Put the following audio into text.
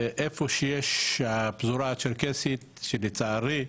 איפה שיש פזורה צ'רקסית, שלצערי,